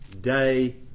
day